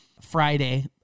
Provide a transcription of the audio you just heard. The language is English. Friday